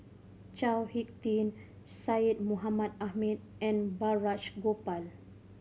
Chao Hick Tin Syed Mohamed Ahmed and Balraj Gopal